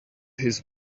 his